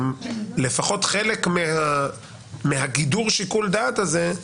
לפחות חלק מגידור שיקול הדעת הזה,